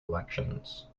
elections